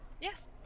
Yes